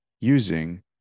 using